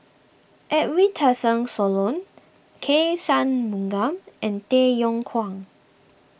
Edwin Tessensohn K Shanmugam and Tay Yong Kwang